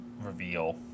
reveal